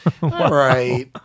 Right